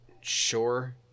sure